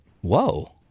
whoa